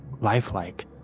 lifelike